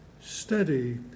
steady